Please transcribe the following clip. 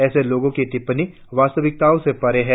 ऐसे लोगों की टिप्पणी वास्तविकताओं से परे है